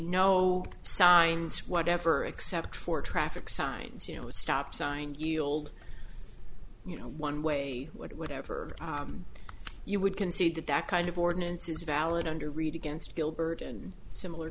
no signs whatever except for traffic signs you know a stop sign yield you know one way or whatever you would concede that that kind of ordinance is valid under read against dilbert and similar